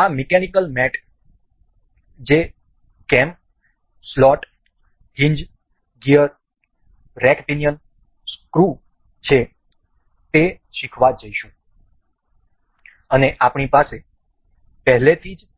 આ mechanical mate જે કેમ slot hinge gear rack pinion screw છે તે શીખવા જઈશું અને આપણી પાસે પહેલેથી જ હશે